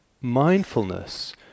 mindfulness